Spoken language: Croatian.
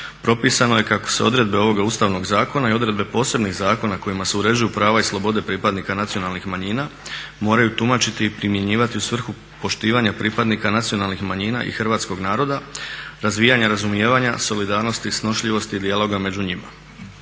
propisano je kako se odredbe ovog Ustavnog zakona i odredbe posebnih zakona kojima se uređuju prava i slobode pripadnika nacionalnih manjina moraju tumačiti i primjenjivati u svrhu poštivanja pripadnika nacionalnih manjina i hrvatskog naroda, razvijanja, razumijevanja, solidarnosti i snošljivosti i dijaloga među njima.